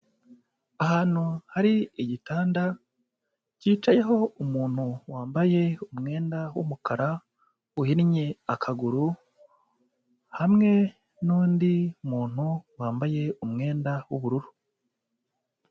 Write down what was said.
Ahantu hari igitanda, cyicayeho umuntu wambaye umwenda w'umukara, uhinnye akaguru, hamwe n'undi muntu, wambaye umwenda w'ubururu.